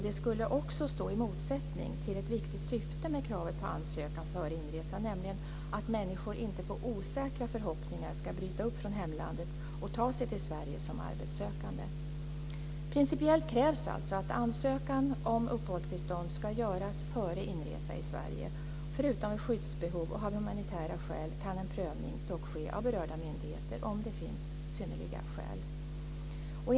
Det skulle också stå i motsättning till ett viktigt syfte med kravet på ansökan före inresa, nämligen att människor inte på osäkra förhoppningar ska bryta upp från hemlandet och ta sig till Sverige som arbetssökande. Principiellt krävs alltså att ansökan om uppehållstillstånd ska göras före inresa i Sverige. Förutom vid skyddsbehov och av humanitära skäl kan en prövning dock ske av berörda myndigheter om det finns synnerliga skäl.